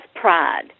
pride